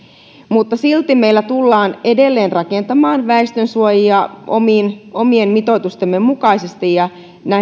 mutta silti meillä tullaan edelleen rakentamaan väestönsuojia omien mitoitustemme mukaisesti ja näihin